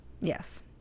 Yes